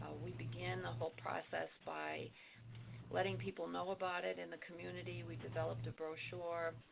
we began the whole process by letting people know about it in the community. we developed a brochure.